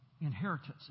inheritance